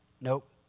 Nope